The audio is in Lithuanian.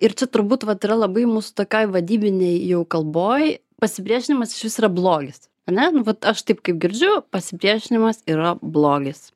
ir čia turbūt vat yra labai mūsų tokiai vadybinei jau kalboj pasipriešinimas iš vis yra blogis ane nu vat aš taip kaip girdžiu pasipriešinimas yra blogis